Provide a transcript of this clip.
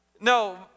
No